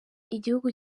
igihugu